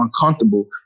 uncomfortable